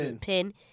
pin